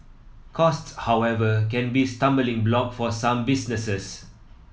cost however can be stumbling block for some businesses